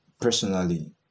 Personally